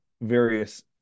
various